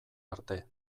arte